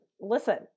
listen